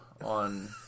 on